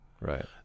Right